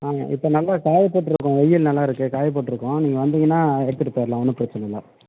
வாங்க இப்போ நல்லா காயப் போட்டுருக்கோம் வெயில் நல்லாயிருக்கு காயப் போட்டுருக்கோம் நீங்கள் வந்தீங்கன்னால் எடுத்துகிட்டு போயிடலாம் ஒன்றும் பிரச்சின இல்லை